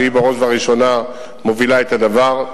שהיא בראש ובראשונה מובילה את הדבר,